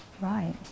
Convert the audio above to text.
Right